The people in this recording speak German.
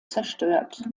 zerstört